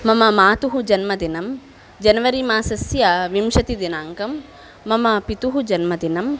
मम मातुः जन्मदिनं जन्वरिमासस्य विंशतिदिनाङ्कं मम पितुः जन्मदिनं